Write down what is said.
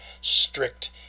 strict